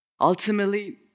Ultimately